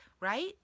right